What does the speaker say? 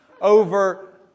Over